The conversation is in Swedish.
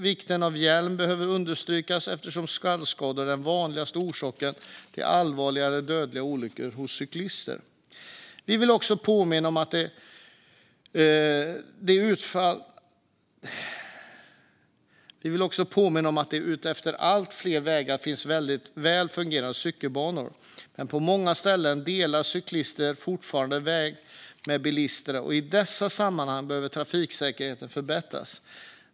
Vikten av hjälm behöver understrykas eftersom skallskador är det vanligaste vid allvarliga eller dödliga olyckor hos cyklister. Vi vill också påminna om att det utefter allt fler vägar finns väldigt väl fungerande cykelbanor. Men på många ställen delar cyklisterna fortfarande väg med bilisterna, och i dessa sammanhang behöver trafiksäkerheten förbättras.